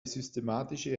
systematische